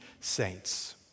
saints